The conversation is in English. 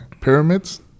Pyramids